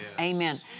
Amen